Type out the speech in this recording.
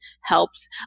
helps